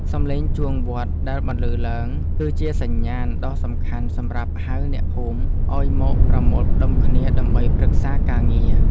សំឡេងជួងវត្តដែលបន្លឺឡើង គឺជាសញ្ញាណដ៏សំខាន់សម្រាប់ហៅអ្នកភូមិឱ្យមកប្រមូលផ្ដុំគ្នាដើម្បីប្រឹក្សាការងារ។